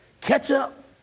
ketchup